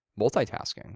multitasking